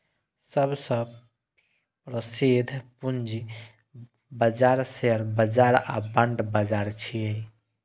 सबसं प्रसिद्ध पूंजी बाजार शेयर बाजार आ बांड बाजार छियै